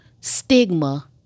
stigma